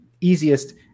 easiest